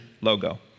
logo